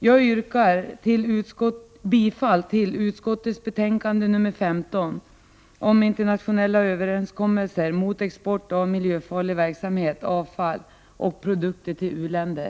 Jag yrkar bifall till utrikesutskottets hemställan i dess betänkande nr 15 om internationella överenskommelser mot export av miljöfarlig verksamhet, avfall och produkter till u-länder.